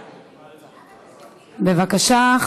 בבקשה,